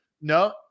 No